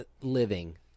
living